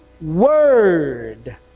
word